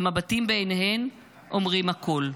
המבטים בעיניהן אומרים הכול.